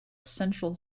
central